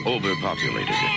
Overpopulated